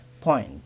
point